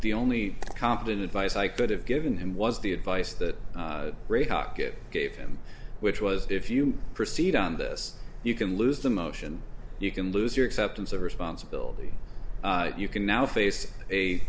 the only competent advice i could have given him was the advice that ray hockett gave him which was if you proceed on this you can lose the motion you can lose your acceptance of responsibility you can now face a